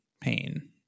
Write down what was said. pain